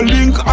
Link